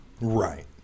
Right